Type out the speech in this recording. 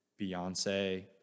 Beyonce